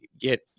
get